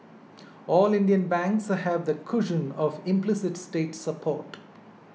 all Indian banks have the cushion of implicit state support